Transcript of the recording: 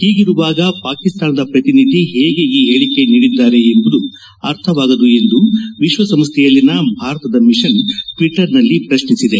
ಹೀಗಿರುವಾಗ ಪಾಕಿಸ್ತಾನದ ಪ್ರತಿನಿಧಿ ಹೇಗೆ ಈ ಹೇಳಕೆ ನೀಡಿದ್ದಾರೆ ಎಂಬುದು ಅರ್ಥವಾಗದು ಎಂದು ವಿಶ್ವಸಂಶ್ಲೆಯಲ್ಲಿನ ಭಾರತದ ಮಿಷನ್ ಟ್ಟಟರ್ನಲ್ಲಿ ಪ್ರತ್ನಿಸಿದೆ